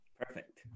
Perfect